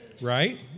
right